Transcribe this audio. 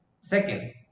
second